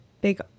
big